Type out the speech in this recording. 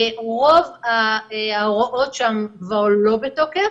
רוב ההוראות שם כבר לא בתוקף,